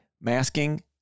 masking